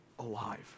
Alive